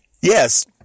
Yes